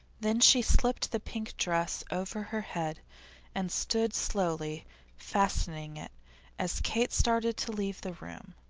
then she slipped the pink dress over her head and stood slowly fastening it as kate started to leave the room.